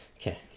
Okay